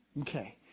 Okay